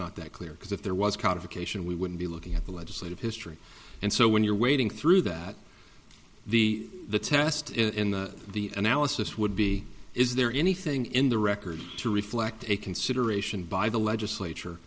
not that clear because if there was codification we wouldn't be looking at the legislative history and so when you're waiting through that the the test in the analysis would be is there anything in the record to reflect a consideration by the legislature